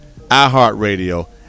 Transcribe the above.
iHeartRadio